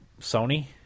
Sony